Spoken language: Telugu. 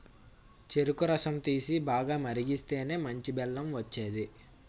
చెరుకు రసం తీసి, బాగా మరిగిస్తేనే మంచి బెల్లం వచ్చేది